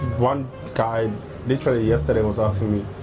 one guy literally yesterday was asking me,